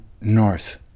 north